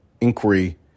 inquiry